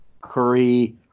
Curry